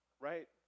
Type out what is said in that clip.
Right